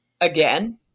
again